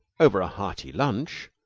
over a hearty lunch,